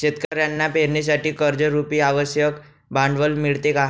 शेतकऱ्यांना पेरणीसाठी कर्जरुपी आवश्यक भांडवल मिळते का?